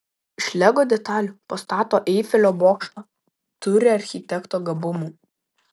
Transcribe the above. iš lego detalių pastato eifelio bokštą turi architekto gabumų